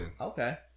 Okay